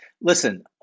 listen